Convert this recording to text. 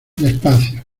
despacio